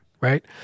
Right